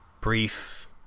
brief